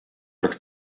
oleks